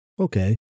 Okay